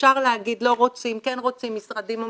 אפשר להגיד לא רוצים, כן רוצים, משרדים אחרים,